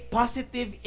positive